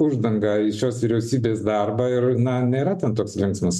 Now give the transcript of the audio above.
uždangą į šios vyriausybės darbą ir na nėra ten toks linksmas